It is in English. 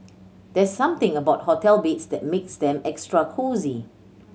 there's something about hotel beds that makes them extra cosy